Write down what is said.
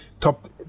top